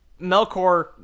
Melkor